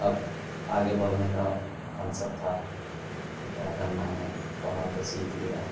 اب آگے بڑھنے کا منصب تھا کہ کیا کرنا ہے قرآن تو سیکھ لیا